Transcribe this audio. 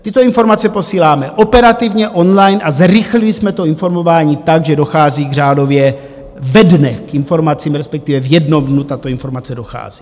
Tyto informace posíláme operativně online a zrychlili jsme to informování tak, že dochází řádově ve dnech k informacím, respektive v jednom dnu tato informace dochází.